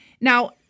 Now